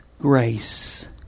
Grace